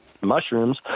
mushrooms